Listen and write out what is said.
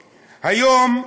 היום,